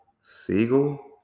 Siegel